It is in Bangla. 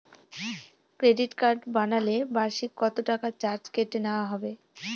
ক্রেডিট কার্ড বানালে বার্ষিক কত টাকা চার্জ কেটে নেওয়া হবে?